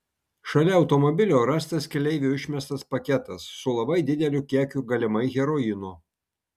šalia automobilio rastas keleivio išmestas paketas su labai dideliu kiekiu galimai heroino